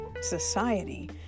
society